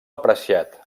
apreciat